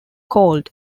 cold